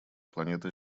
планета